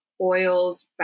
oils